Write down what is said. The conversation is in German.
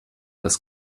das